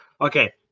Okay